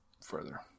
further